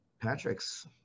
Patrick's